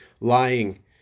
lying